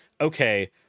okay